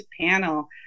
panel